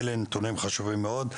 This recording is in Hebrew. אלה נתונים חשובים מאוד.